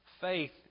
Faith